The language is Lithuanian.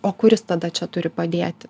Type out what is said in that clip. o kuris tada čia turi padėti